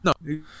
no